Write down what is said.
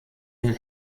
den